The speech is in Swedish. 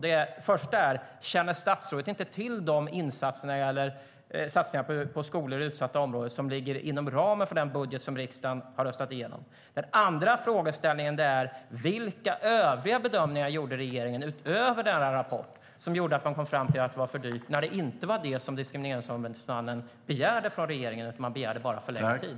Den första är: Känner statsrådet inte till de satsningar på skolor i utsatta områden som ligger inom ramen för den budget som riksdagen har röstat igenom? Den andra frågeställningen är: Vilka övriga bedömningar utöver denna rapport gjorde regeringen som innebar att man kom fram till att det var för dyrt, när det inte var det som Diskrimineringsombudsmannen begärde från regeringen eftersom man bara begärde förlängd tid?